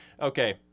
Okay